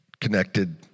connected